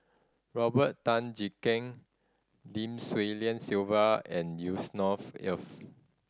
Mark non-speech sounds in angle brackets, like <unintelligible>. Robert Tan Jee Keng Lim Swee Lian Sylvia and Yusnor <unintelligible> Ef